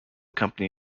company